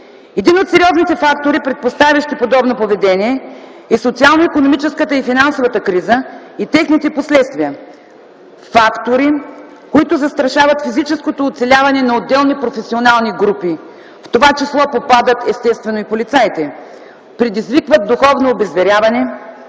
Един от сериозните фактори, предпоставящи подобно поведение, е социално-икономическата и финансовата криза и техните последствия – фактори, които застрашават физическото оцеляване на отделни професионални групи, в това число попадат естествено и полицаите, предизвикват духовно обезверяване,